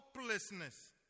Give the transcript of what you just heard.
hopelessness